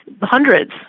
hundreds